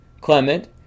Clement